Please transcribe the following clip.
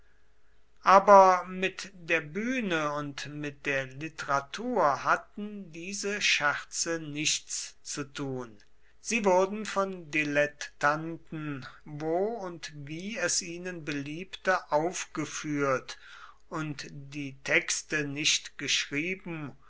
aber mit der bühne und mit der literatur hatten diese scherze nichts zu tun sie wurden von dilettanten wo und wie es ihnen beliebte aufgeführt und die texte nicht geschrieben